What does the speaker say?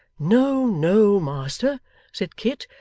no, no, master said kit,